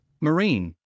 Marine